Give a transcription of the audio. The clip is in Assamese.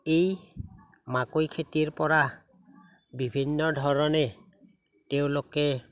এই মাকৈ খেতিৰ পৰা বিভিন্ন ধৰণে তেওঁলোকে